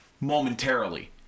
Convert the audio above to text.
momentarily